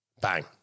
Bang